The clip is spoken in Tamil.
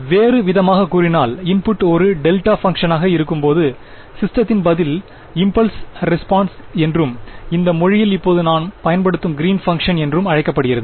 எனவே வேறுவிதமாகக் கூறினால் இன்புட் ஒரு டெல்டா பங்ஷனாக இருக்கும்போது சிஸ்டத்தின் பதில் இம்பல்ஸ் ரெஸ்பான்ஸ் என்றும் இந்த மொழியில் இப்போது நாம் பயன்படுத்தும் கிறீன் பங்க்ஷன் என்றும் அழைக்கப்படுகிறது